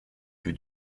que